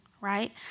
right